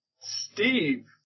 Steve